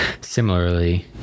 similarly